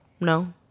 no